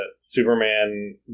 Superman